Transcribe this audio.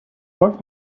what